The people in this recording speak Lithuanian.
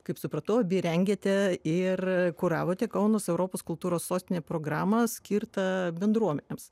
kaip supratau abi rengiate ir kuravote kaunas europos kultūros sostinė programą skirtą bendruomenėms